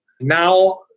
now